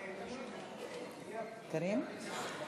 חוק מבקר המדינה (תיקון מס' 49),